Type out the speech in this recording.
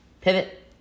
Pivot